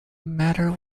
matter